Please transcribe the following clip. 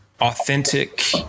authentic